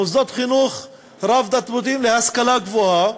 מוסדות חינוך רב-תרבותיים להשכלה גבוהה,